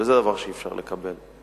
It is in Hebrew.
וזה דבר שאי-אפשר לקבל.